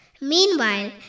Meanwhile